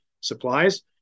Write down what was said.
supplies